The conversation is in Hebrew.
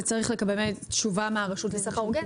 וצריך תשובה מהרשות לסחר הוגן,